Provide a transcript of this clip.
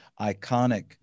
iconic